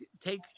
take